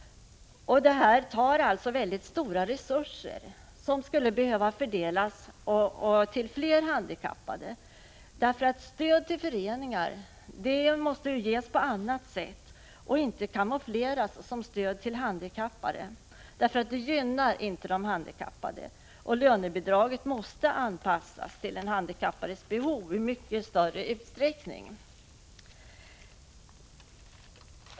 Systemet tar alltså i anspråk mycket stora resurser, som skulle behöva fördelas till fler handikappade. Stöd till föreningar måste ges på annat sätt och inte camoufleras som stöd till handikappade. Det gynnar inte de handikappade. Lönebidraget måste anpassas till de handikappades behov i mycket större utsträckning.